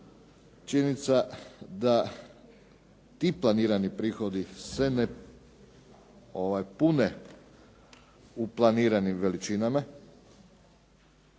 činjenica da ti planirani prihodi se ne pune u planiranim veličinama